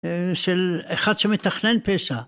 של אחד שמתכנן פשע